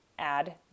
add